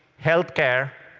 healthcare,